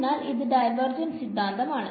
അതിനാൽ ഇതാണ് ഡൈവേർജൻസ് സിദ്ധാന്തം